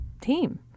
team